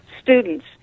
students